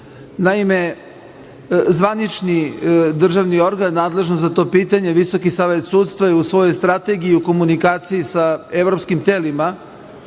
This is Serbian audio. zvanični državni organ nadležno za to pitanje, Visoki savet sudstva, je u svojoj Strategiji u komunikaciji sa evropskim telima